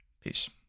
Peace